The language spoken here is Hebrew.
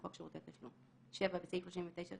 לחוק שירותי תשלום."; (7)בסעיף 39,